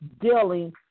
dealing